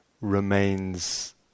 remains